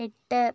എട്ട്